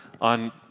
on